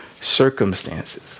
circumstances